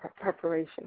preparation